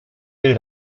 will